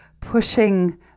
pushing